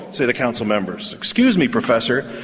so the council members, excuse me professor,